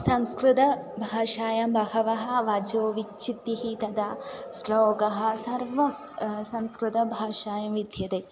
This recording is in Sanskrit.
संस्कृतभाषायां बहवः वचोविच्छित्तिः तथा श्लोकः सर्वं संस्कृतभाषायां विद्यते